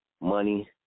Money